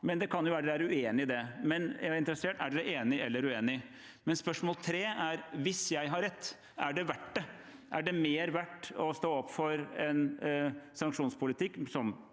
men det kan jo være de er uenig i det. Jeg er interessert i å vite om de er enig eller uenig. Spørsmål tre er: Hvis jeg har rett, er det verdt det? Er det mer verdt å stå opp for en sanksjonspolitikk som